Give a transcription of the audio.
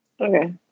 Okay